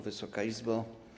Wysoka Izbo!